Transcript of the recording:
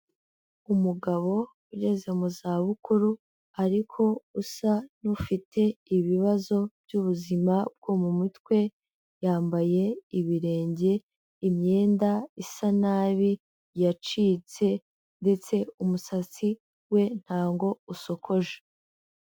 Umugabo ugeze mu zabukuru ariko usa n'ufite ibibazo by'ubuzima bwo mu mutwe, yambaye ibirenge, imyenda isa nabi yacitse ndetse umusatsi we ntago usokoje.